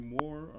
more